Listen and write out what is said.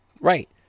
Right